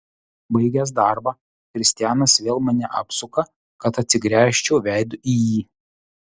baigęs darbą kristianas vėl mane apsuka kad atsigręžčiau veidu į jį